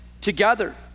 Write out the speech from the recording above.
together